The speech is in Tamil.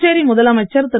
புதுச்சேரி முதலமைச்சர் திரு